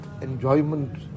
enjoyment